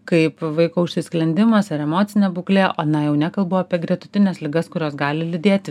kaip vaiko užsisklendimas ar emocinė būklė o na jau nekalbu apie gretutines ligas kurios gali lydėti